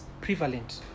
prevalent